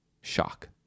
shock